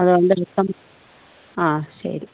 അതുണ്ട് ഇപ്പം ആ ശരി